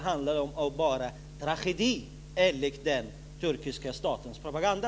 Handlar det bara om en tragedi, enligt den turkiska statens propaganda?